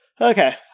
Okay